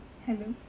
hello